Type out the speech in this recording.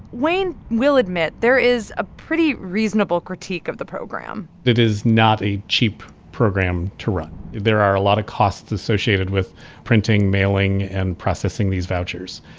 wayne will admit there is a pretty reasonable critique of the program it is not a cheap program to run. there are a lot of costs associated with printing, mailing and processing these vouchers,